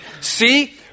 See